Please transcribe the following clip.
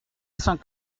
cent